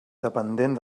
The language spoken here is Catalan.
dependent